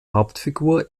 hauptfigur